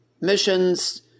missions